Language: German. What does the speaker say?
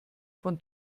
von